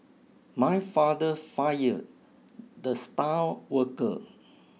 my father fired the star worker